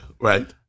right